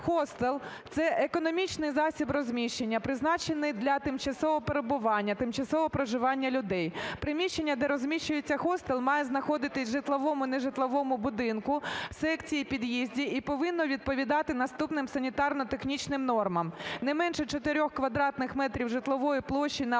"хостел – це економічний засіб розміщення, призначений для тимчасового перебування, тимчасового проживання людей. Приміщення, де розміщується хостел має знаходитись в житловому (нежитловому) будинку (секції, під'їзді) і повинно відповідати наступним санітарно-технічним нормам: не менше 4 квадратних метрів житлової площі на 1 ліжко,